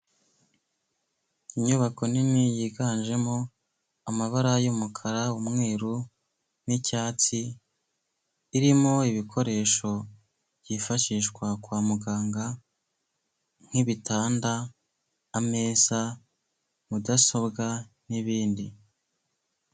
Inyubako nini yiganjemo amabara y'umukara, umweru n'icyatsi, irimo ibikoresho byifashishwa kwa muganga, nk'bitanda, ameza, mudasobwa, n'ibindi.